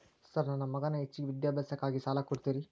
Sir ನನ್ನ ಮಗನ ಹೆಚ್ಚಿನ ವಿದ್ಯಾಭ್ಯಾಸಕ್ಕಾಗಿ ಸಾಲ ಕೊಡ್ತಿರಿ?